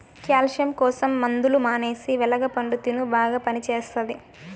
calcium కోసం మందులు మానేసి వెలగ పండు తిను బాగా పనిచేస్తది